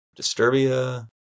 Disturbia